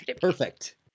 Perfect